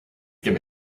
give